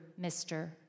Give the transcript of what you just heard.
Mr